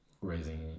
raising